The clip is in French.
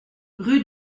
rue